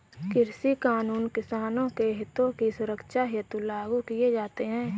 कृषि कानून किसानों के हितों की सुरक्षा हेतु लागू किए जाते हैं